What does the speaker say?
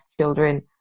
children